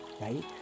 right